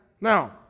Now